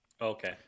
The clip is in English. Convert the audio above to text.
Okay